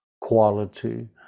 quality